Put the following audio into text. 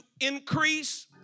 increase